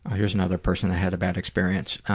here's another person that had a bad experience,